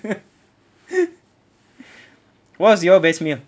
what was your best meal